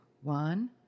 one